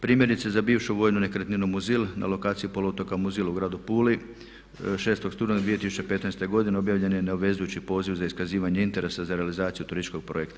Primjerice, za bivšu vojnu nekretninu Muzil na lokaciji poluotoka Muzil u gradu Puli 6. studenog 2015. godine objavljen je neobvezujući poziv za iskazivanje interesa za realizaciju turističkog projekta.